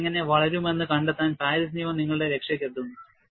വിള്ളൽ എങ്ങനെ വളരുമെന്ന് കണ്ടെത്താൻ പാരീസ് നിയമം നിങ്ങളുടെ രക്ഷയ്ക്കെത്തുന്നു